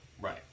Right